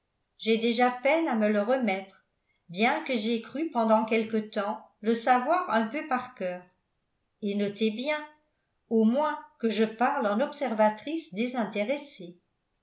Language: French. j'ai déjà peine à me le remettre bien que j'aie cru pendant quelque temps le savoir un peu par cœur et notez bien au moins que je parle en observatrice